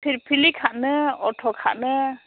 फिरफिलि खारो अट' खारो